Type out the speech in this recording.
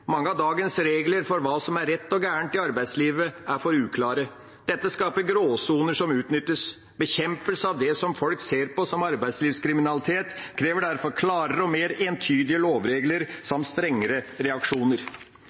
Mange av dagens regler for hva som er rett og galt i arbeidslivet, er for uklare. Dette skaper gråsoner som utnyttes. Bekjempelse av det som folk ser på som arbeidskriminalitet, krever derfor klarere og mer entydige lovregler samt strengere reaksjoner.